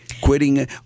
quitting